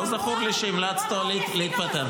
ולא זכור לי שהמלצת לו להתפטר.